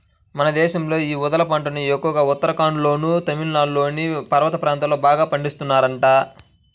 మన దేశంలో యీ ఊదల పంటను ఎక్కువగా ఉత్తరాఖండ్లోనూ, తమిళనాడులోని పర్వత ప్రాంతాల్లో బాగా పండిత్తన్నారంట